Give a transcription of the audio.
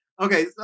Okay